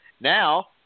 Now